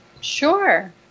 sure